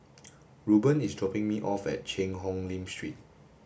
Ruben is dropping me off at Cheang Hong Lim Street